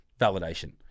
validation